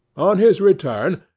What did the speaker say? on his return,